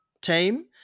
team